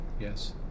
yes